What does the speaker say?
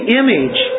image